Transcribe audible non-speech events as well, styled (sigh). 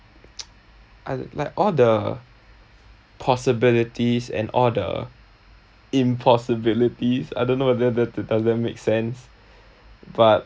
(noise) I like all the possibilities and all the impossibilities I don't know whether the doesn't make sense but